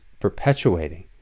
perpetuating